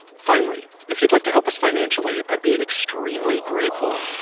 finally, if you'd like to help us financially, i'd be extremely grateful.